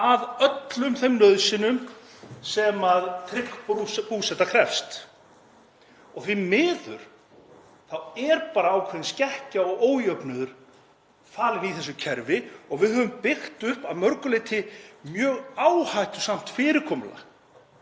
að öllum þeim nauðsynjum sem trygg búseta krefst. Því miður er bara ákveðin skekkja og ójöfnuður falinn í þessu kerfi og við höfum byggt upp að mörgu leyti mjög áhættusamt fyrirkomulag